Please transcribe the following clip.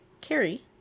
Carrie